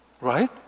right